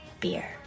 beer